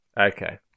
Okay